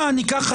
ואז נחכה.